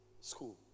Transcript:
school